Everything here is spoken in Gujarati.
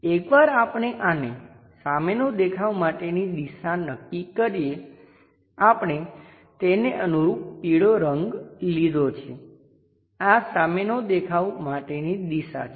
એકવાર આપણે આને સામેનો દેખાવ માટેની દિશા નક્કી કરીએ આપણે તેને અનુરૂપ પીળો રંગ લીધો છે આ સામેનો દેખાવ માટેની દિશા છે